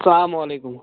اسلام علیکُم